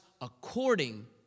according